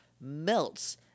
melts